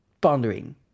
pondering